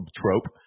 trope